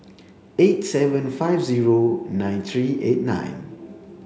eight seven five zero nine three eight nine